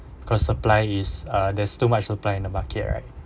because supply is uh there's too much supply in the market right